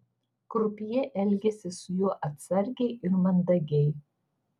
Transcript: krupjė elgėsi su juo atsargiai ir mandagiai